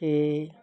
ਕਿ